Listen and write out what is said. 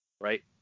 right